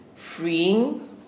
Freeing